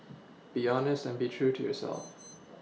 be honest and be true to yourself